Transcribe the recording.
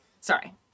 Sorry